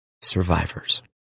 survivors